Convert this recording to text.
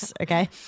okay